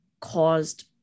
caused